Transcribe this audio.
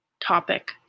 topic